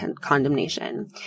condemnation